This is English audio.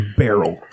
barrel